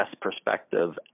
perspective